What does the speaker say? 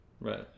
Right